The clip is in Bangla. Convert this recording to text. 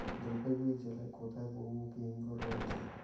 জলপাইগুড়ি জেলায় কোথায় বহুমুখী হিমঘর রয়েছে?